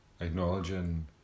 acknowledging